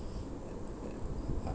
uh